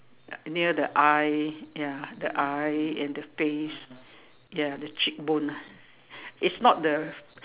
near the eye ya the eye and the face ya the cheek bone ah it's not the